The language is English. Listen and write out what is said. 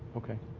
okay.